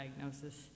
diagnosis